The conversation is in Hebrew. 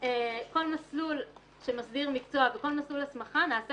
כל מסלול שמסדיר מקצוע בכל מסלול הסמכה נעשה